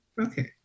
Okay